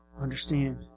understand